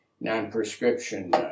non-prescription